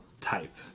type